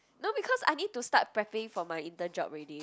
no because I need to start preparing for my intern job already